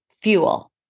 fuel